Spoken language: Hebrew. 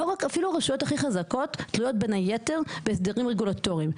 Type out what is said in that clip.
אפילו הרשויות הכי חזקות תלויות בין היתר בהסדרים רגולטוריים.